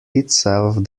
itself